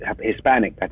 hispanic